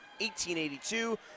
1882